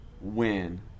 win